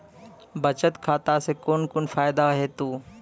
बचत खाता सऽ कून कून फायदा हेतु?